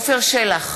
עפר שלח,